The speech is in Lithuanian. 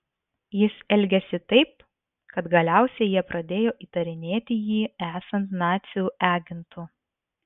jis elgėsi taip kad galiausiai jie pradėjo įtarinėti jį esant nacių agentu